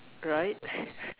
right